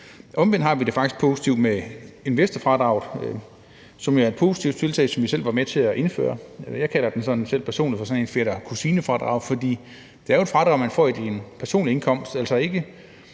Omvendt har vi det faktisk positivt med investorfradraget. Det er et positivt tiltag, som vi jo selv var med til at indføre. Jeg kalder det personligt selv for sådan et fætter-kusine-fradrag, for det er jo et fradrag, man får i forhold til sin personlige indkomst, altså,